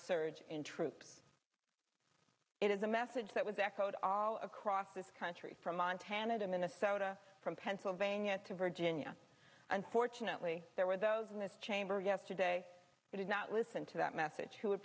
surge in troop it is a message that was echoed all across this country from montana to minnesota from pennsylvania to virginia and fortunately there were those in this chamber yesterday that have not listened to that message who would